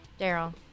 Daryl